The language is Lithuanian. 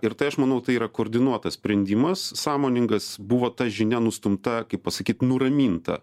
ir tai aš manau tai yra koordinuotas sprendimas sąmoningas buvo ta žinia nustumta kaip pasakyt nuraminta